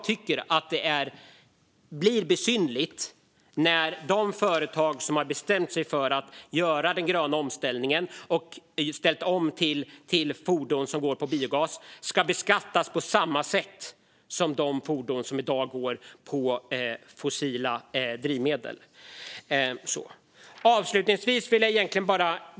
Det blir lite besynnerligt när de företag som har bestämt sig för att göra en grön omställning och har ställt om till fordon som går på biogas ska beskattas på samma sätt som om de hade fordon som gick på fossila drivmedel. Avslutningsvis vill jag bara ställa en fråga.